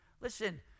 Listen